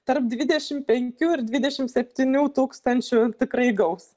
tarp dvidešim penkių ir dvidešim septynių tūkstančių tikrai gaus